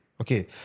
Okay